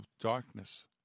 darkness